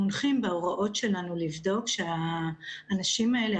הם מונחים בהוראות שלנו לבדוק שהאנשים האלה,